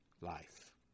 life